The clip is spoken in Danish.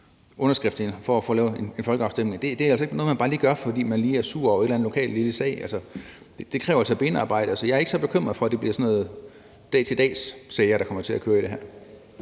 underskrifter for at få en folkeafstemning, og det er altså ikke noget, man bare lige gør, fordi man er sur over en eller anden lokal lille sag; det kræver altså benarbejde. Så jeg er ikke så bekymret for, at det bliver sådan nogle dag til dag-sager, der kommer til at køre her.